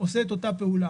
עושה את אותה פעולה.